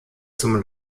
zum